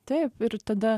taip ir tada